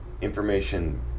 information